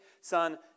son